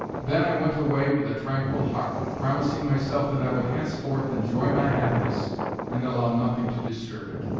then i went away with a tranquil heart, promising myself that i would henceforth enjoy my happiness and allow nothing to disturb it.